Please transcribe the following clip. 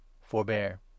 Forbear